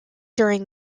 during